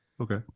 Okay